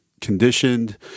conditioned